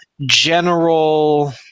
general